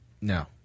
No